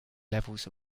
levels